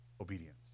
obedience